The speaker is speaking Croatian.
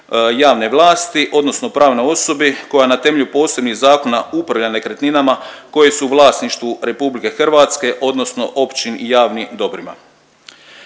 javne vlasti odnosno pravnoj osobi koja na temelju posebnih zakona upravlja nekretninama koje su u vlasništvu RH odnosno općim i javnim dobrima.